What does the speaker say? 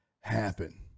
happen